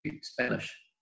Spanish